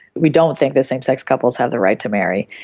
we don't think that same-sex couples have the right to marry.